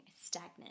stagnant